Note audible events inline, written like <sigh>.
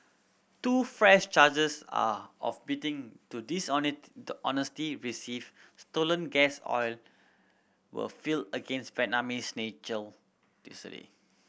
two fresh charges are of <unintelligible> to <unintelligible> the honesty receive stolen gas oil were filed against Vietnamese national yesterday